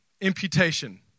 imputation